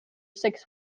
six